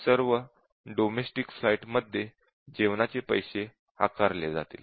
सर्व domestic flight मध्ये जेवणाचे पैसे आकारले जातील